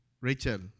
Rachel